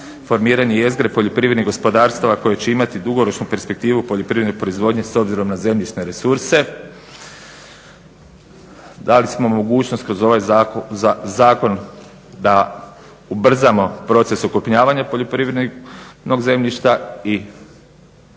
formiranje jezgre poljoprivrednih gospodarstava koji će imati dugoročnu perspektivu poljoprivredne proizvodnje s obzirom na zemljišne resurse. Dali smo mogućnost kroz ovaj zakon da ubrzamo proces ukrupljavanja poljoprivrednog zemljišta i